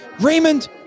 Raymond-